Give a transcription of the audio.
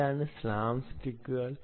എന്താണ് ഈ സ്ലാം സ്റ്റിക്കുകൾ